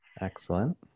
Excellent